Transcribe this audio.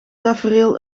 tafereel